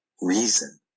reason